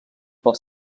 pel